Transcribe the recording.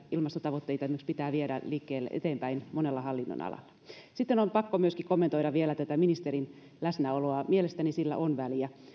ilmastotavoitteita pitää viedä eteenpäin monella hallinnonalalla sitten on pakko myöskin kommentoida vielä tätä ministerin läsnäoloa mielestäni sillä on väliä